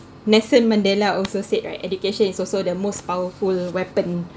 nelson mandela also said right education is also the most powerful weapon